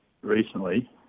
recently